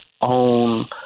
own